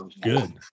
Good